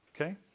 Okay